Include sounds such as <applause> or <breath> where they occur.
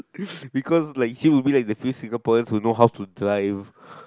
<breath> because like she will be like the few Singaporean who know how to drive